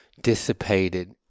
dissipated